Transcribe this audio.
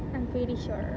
I'm pretty sure